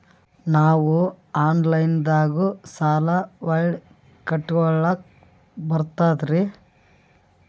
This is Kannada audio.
ನಾವು ಆನಲೈನದಾಗು ಸಾಲ ಹೊಳ್ಳಿ ಕಟ್ಕೋಲಕ್ಕ ಬರ್ತದ್ರಿ?